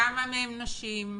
כמה מהם נשים,